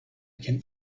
can